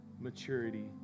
maturity